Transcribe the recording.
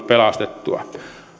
pelastettua